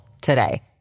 today